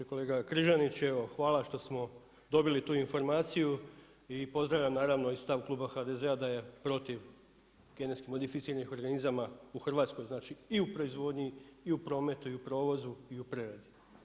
Kolega Križanić, evo hvala što smo dobili tu informaciju i pozdravljam naravno i stav kluba HDZ-a da je protiv genetski modificiranih organizama u Hrvatskoj, znači i u proizvodnji i u prometu i u provozu i u preradi.